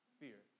fear